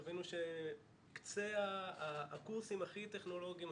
תבינו שהקורסים הכי טכנולוגים,